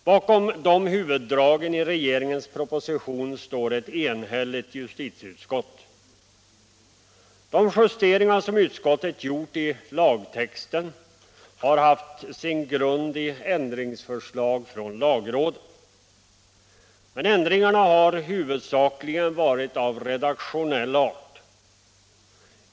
Bakom de huvuddragen i regeringens proposition står ett enigt justitieutskott. De justeringar som utskottet gjort i lagtexten har haft sin grund i ändringsförslag från lagrådet. Men ändringarna har huvudsakligen varit av redaktionell art.